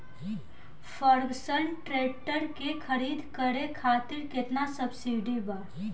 Ferguson tractor के खरीद करे खातिर केतना सब्सिडी बा?